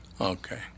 Okay